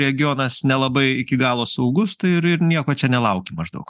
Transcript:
regionas nelabai iki galo saugus tai ir ir nieko čia nelaukim maždaug